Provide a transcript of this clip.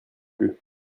plus